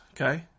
okay